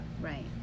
Right